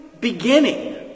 beginning